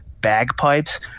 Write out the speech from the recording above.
bagpipes